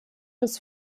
des